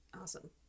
awesome